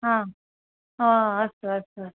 आम् ओ अस्तु अस्तु अस्तु